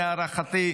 להערכתי.